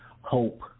hope